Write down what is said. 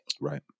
Right